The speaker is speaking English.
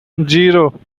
zero